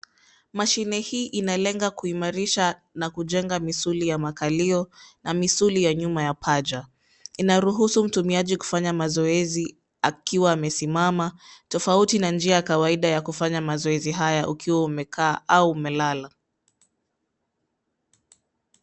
Mashine hii inalenga kuimarisha na kujenga misuli ya makalio na misuli ya nyuma ya paja. Ina ruhusu mtumiaji kufanya mazoezi akiwa amesimama tofauti na njia ya kawaida ya kufanya mazoezi haya ukiwa umekaa au umelala.